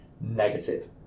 negative